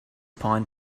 pine